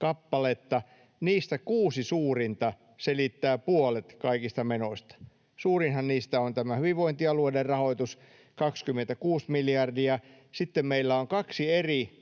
kappaletta. Niistä kuusi suurinta selittää puolet kaikista menoista. Suurinhan niistä on tämä hyvinvointialueiden rahoitus, 26 miljardia. Sitten meillä on kaksi eri